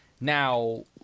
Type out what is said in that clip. Now